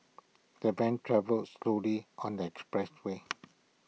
the van travelled slowly on the expressway